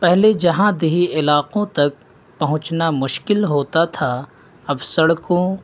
پہلے جہاں دیہی علاقوں تک پہنچنا مشکل ہوتا تھا اب سڑکوں